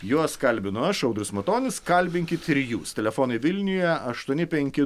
juos kalbinu aš audrius matonis kalbinkit ir jūs telefonai vilniuje aštuoni penki